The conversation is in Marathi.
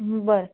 बरं